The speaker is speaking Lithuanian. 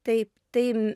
taip tai